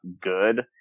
good